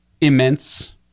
immense